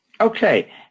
Okay